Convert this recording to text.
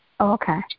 Okay